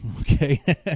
Okay